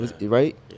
right